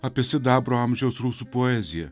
apie sidabro amžiaus rusų poeziją